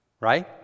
right